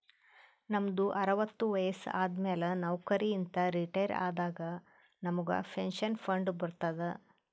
ನಮ್ದು ಅರವತ್ತು ವಯಸ್ಸು ಆದಮ್ಯಾಲ ನೌಕರಿ ಇಂದ ರಿಟೈರ್ ಆದಾಗ ನಮುಗ್ ಪೆನ್ಷನ್ ಫಂಡ್ ಬರ್ತುದ್